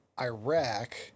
Iraq